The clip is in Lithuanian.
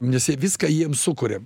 nes jie viską jiems sukuria